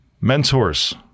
Mentors